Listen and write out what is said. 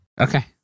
Okay